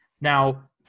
Now